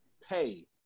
pay